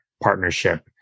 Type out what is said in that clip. partnership